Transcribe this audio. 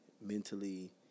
mentally